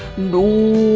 no